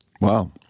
Wow